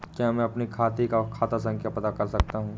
क्या मैं अपने खाते का खाता संख्या पता कर सकता हूँ?